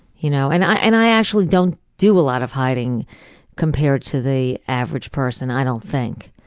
you know and i and i actually don't do a lot of hiding compared to the average person, i don't think.